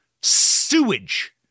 sewage